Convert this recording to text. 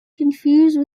confused